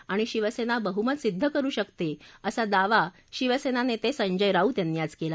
आणि शिवसेना बहुमत सिद्ध करु शकते असा दावा शिवसेना नेते संजय राऊत यांनी आज केला